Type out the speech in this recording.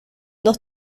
dos